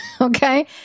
okay